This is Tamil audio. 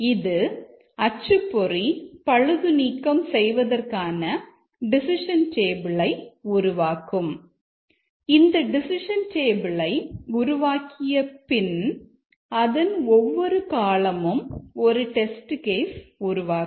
இது அச்சுப்பொறி பழுது நீக்கம் செய்வதற்கான டெசிஷன் டேபிளை உருவாக்கும்